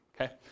okay